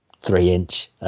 three-inch